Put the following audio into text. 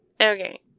okay